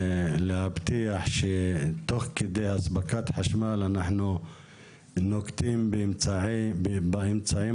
להבטיח שתוך כדי אספקת החשמל אנחנו נוקטים באמצעים